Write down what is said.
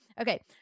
Okay